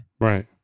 Right